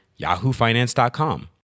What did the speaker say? yahoofinance.com